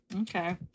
Okay